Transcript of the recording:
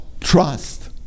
trust